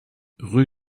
rue